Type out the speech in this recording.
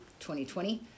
2020